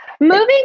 Moving